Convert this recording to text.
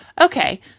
okay